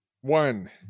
One